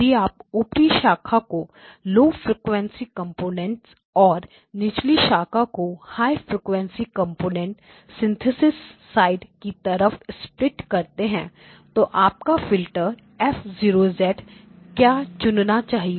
यदि आप ऊपरी शाखा को लौ फ्रीक्वेंसी कंपोनेंट्स और निचली शाखा को high frequency components synthesis side की तरफ स्प्लिट करते हैं तो आपका फिल्टर F0 क्या चुनना चाहिए